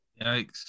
Yikes